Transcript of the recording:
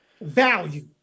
value